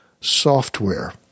software